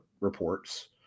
reports